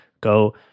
go